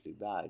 bad